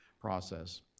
process